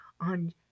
on